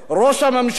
ראש הממשלה,